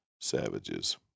savages